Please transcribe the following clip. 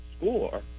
score